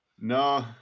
no